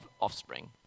offspring